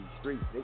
streets